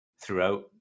throughout